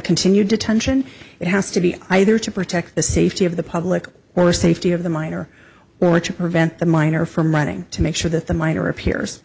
continued detention it has to be either to protect the safety of the public or safety of the minor or to prevent the minor from running to make sure that the minor appears